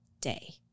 day